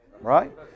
Right